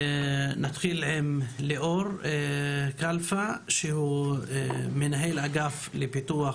נתחיל עם ליאור כלפה, מנהל אגף לפיתוח